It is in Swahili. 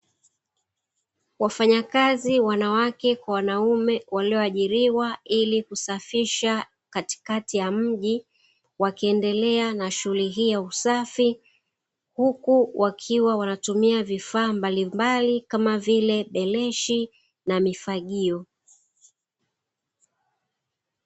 Wafanyakazi wanawake kwa wanaume walioajiliwa ili kusafisha katikati ya mji, wakiendelea na shughuli hiyo ya usafi, huku wakiwa wanatumia vifaa mbalimbali kama vile beleshi na mifagio.